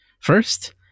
first